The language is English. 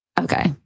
Okay